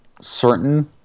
certain